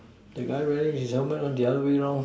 that guy wearing his helmet on the other way round